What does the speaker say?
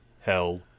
hell